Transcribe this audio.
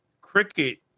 cricket